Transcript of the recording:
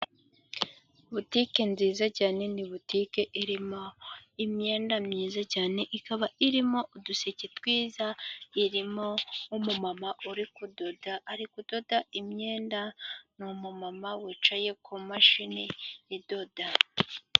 Butike nziza cyane ni butike irimo imyenda myiza cyane, ikaba irimo uduseke twiza, irimo umumama uri kudoda, ari kudoda imyenda ni umumama wicaye kumashini idoda.